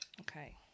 Okay